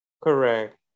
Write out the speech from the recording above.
Correct